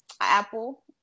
Apple